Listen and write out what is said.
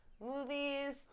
movies